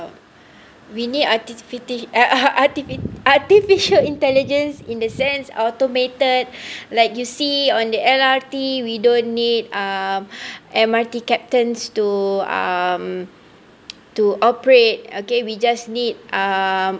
we need artifici~ artificial~ artificial intelligence in the sense automated like you see on the L_R_T we don't need um M_R_T captains to um to operate okay we just need uh